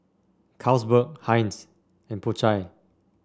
Carlsberg Heinz and Po Chai